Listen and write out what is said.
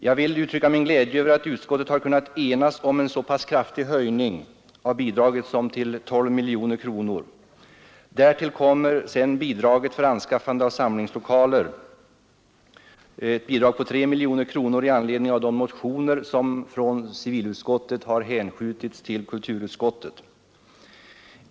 Jag vill uttrycka min glädje över att utskottet har kunnat enas om en så pass kraftig höjning av bidraget som till 12 miljoner kronor. Därtill kommer bidraget för anskaffande av samlingslokaler på 3 miljoner kronor i anledning av de motioner som från civilutskottet hänskjutits till kulturutskottet.